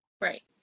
Right